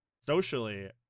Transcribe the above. socially